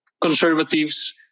conservatives